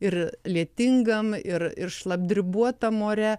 ir lietingam ir ir šlapdribuotam ore